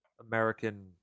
American